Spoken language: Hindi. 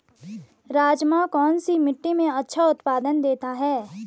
राजमा कौन सी मिट्टी में अच्छा उत्पादन देता है?